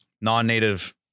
non-native